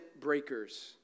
breakers